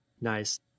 Nice